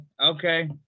okay